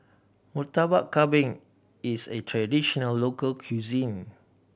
Murtabak Kambing is a traditional local cuisine